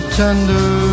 tender